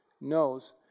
knows